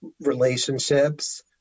relationships